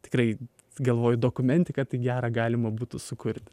tikrai galvoju dokumentiką tai gerą galima būtų sukurti